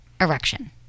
erection